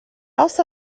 also